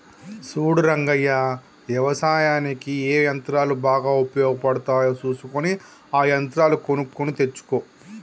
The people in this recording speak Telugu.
సూడు రంగయ్య యవసాయనిక్ ఏ యంత్రాలు బాగా ఉపయోగపడుతాయో సూసుకొని ఆ యంత్రాలు కొనుక్కొని తెచ్చుకో